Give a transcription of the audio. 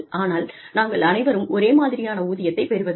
ஆனால் நாங்கள் அனைவரும் ஒரே மாதிரியான ஊதியத்தைப் பெறுவதில்லை